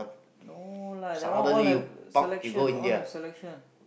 no lah that one all have selection all have selection